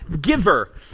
giver